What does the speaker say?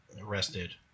arrested